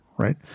Right